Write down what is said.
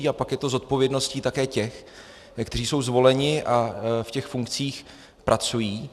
A pak je to zodpovědností také těch, kteří jsou zvoleni a v těch funkcích pracují.